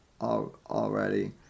already